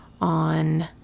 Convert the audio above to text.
on